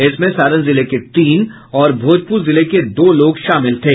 इसमें सारण जिले के तीन और भोजपुर जिले के दो लोग शामिल थे